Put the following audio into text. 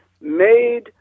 made